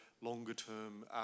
longer-term